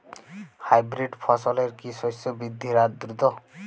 Hybrid ফসলের কি শস্য বৃদ্ধির হার দ্রুত?